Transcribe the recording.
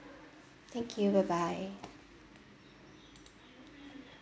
thank you bye bye